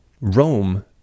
Rome